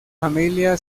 familia